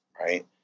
right